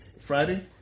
Friday